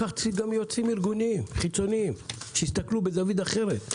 לקחתי גם יועצים ארגוניים חיצוניים שיסתכלו מזווית אחרת.